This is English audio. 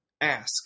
ask